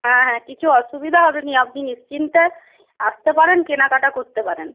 হ্যাঁ হ্যাঁ কিছু অসুবিধা হবেনা আপনি নিশ্চিন্তে আসতে পারেন কেনাকাটা করতে পারেন